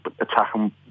attacking